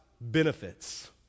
benefits